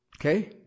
Okay